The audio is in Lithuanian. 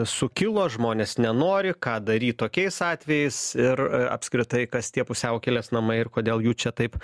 sukilo žmonės nenori ką daryt tokiais atvejais ir apskritai kas tie pusiaukelės namai ir kodėl jų čia taip